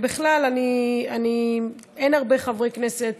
בכלל, אין הרבה חברי כנסת